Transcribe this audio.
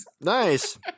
Nice